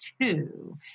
two